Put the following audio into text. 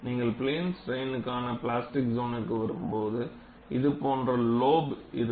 நீங்கள் பிளேன் ஸ்ட்ரைன்கான பிளாஸ்டிக் சோனிற்கு வரும்போது இதுப்போன்ற லோபு இருக்கும்